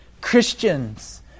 Christians